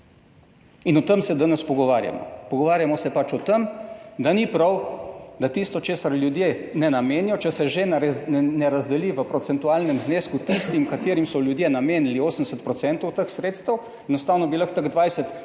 In o tem se danes pogovarjamo. Pogovarjamo se o tem, da ni prav, da tisto česar ljudje ne namenijo, če se že ne razdeli v procentualnem znesku tistim, katerim so ljudje namenili 80 % teh sredstev, enostavno bi lahko teh 20